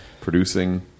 producing